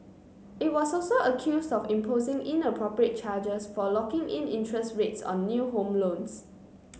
it was also accused of imposing inappropriate charges for locking in interest rates on new home loans